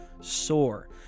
Soar